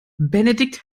benedikt